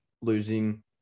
losing